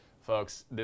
folks